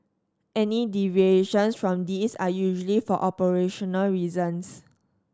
any deviations from these are usually for operational reasons